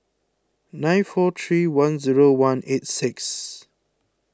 nine four three one zero one eight six